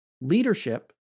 leadership